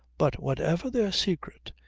but whatever their secret,